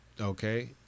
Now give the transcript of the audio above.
Okay